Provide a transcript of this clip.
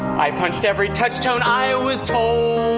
i punched every touch tone i was told,